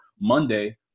Monday